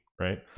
right